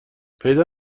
پیدا